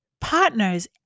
partners